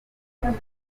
kagame